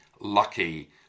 lucky